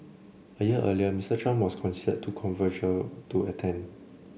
a year earlier Mister Trump was considered too controversial to attend